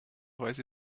weise